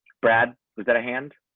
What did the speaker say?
brad. we've got a hand.